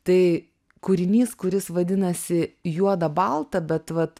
tai kūrinys kuris vadinasi juoda balta bet vat